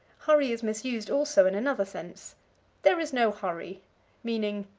hurry is misused, also, in another sense there is no hurry meaning,